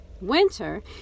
winter